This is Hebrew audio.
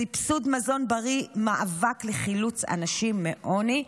סבסוד מזון בריא, מאבק לחילוץ אנשים מעוני.